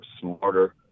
smarter